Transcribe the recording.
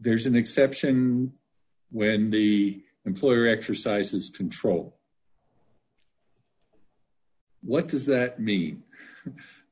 there's an exception and when the employer exercises control what does that mean